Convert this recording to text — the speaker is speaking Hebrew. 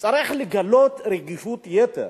שצריך לגלות רגישות-יתר